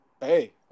hey